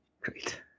Great